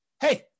hey